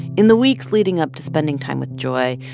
in the weeks leading up to spending time with joy,